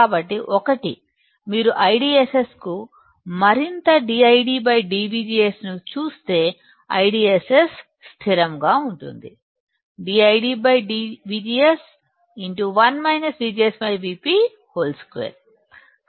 కాబట్టి 1 మీరు IDSS కు మరింత dID dVGS S ను చూస్తే IDSS స్థిరంగా ఉంటుంది dID dVGS 1 VGS Vp 2